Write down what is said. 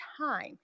time